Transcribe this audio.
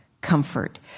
comfort